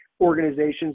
organizations